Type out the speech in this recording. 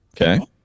Okay